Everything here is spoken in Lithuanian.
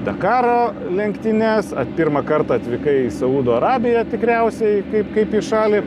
dakaro lenktynes pirmą kartą atvykai į saudo arabiją tikriausiai kaip kaip į šalį